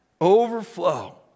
Overflow